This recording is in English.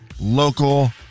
local